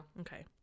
Okay